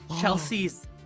Chelsea's